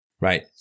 right